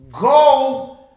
Go